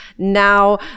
now